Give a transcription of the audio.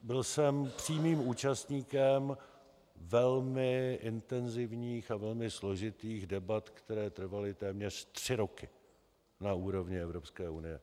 Byl jsem přímým účastníkem velmi intenzivních a velmi složitých debat, které trvaly téměř tři roky na úrovni Evropské unie.